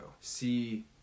See